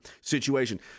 situation